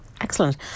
Excellent